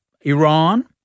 Iran